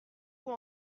vous